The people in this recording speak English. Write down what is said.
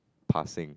passing